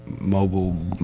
mobile